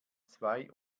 zwei